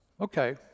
Okay